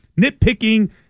nitpicking